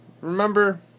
remember